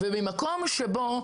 ממקום שבו